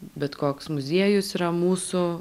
bet koks muziejus yra mūsų